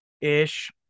ish